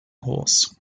horse